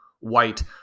White